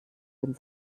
den